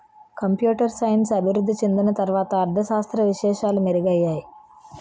computer science అభివృద్ధి చెందిన తర్వాత అర్ధ శాస్త్ర విశేషాలు మెరుగయ్యాయి